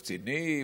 קצינים.